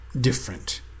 different